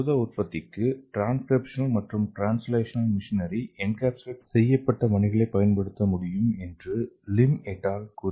புரத உற்பத்திக்கு டிரான்ஸ்கிரிப்ஷனல் மற்றும் ட்ரான்ஸ்லேஷன் மிஷினரி என்கேப்சுலேட் செய்யப்பட்ட மணிகளை பயன்படுத்த முடியும் என்று Lim et al Lim et al